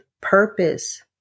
purpose